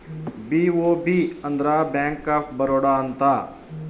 BOB ಅಂದ್ರ bank of Baroda ಅಂತ